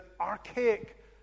archaic